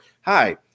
hi